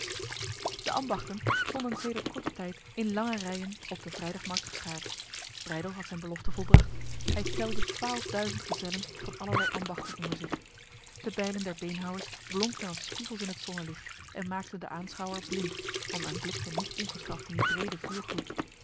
de ambachten stonden sedert korte tijd in lange rijen op de vrijdagmarkt geschaard breydel had zijn belofte volbracht hij telde twaalfduizend gezellen van allerlei ambachten onder zich de bijlen der beenhouwers blonken als spiegels in het zonnelicht en maakten de aanschouwer blind want men blikte niet ongestraft in die brede vuurgloed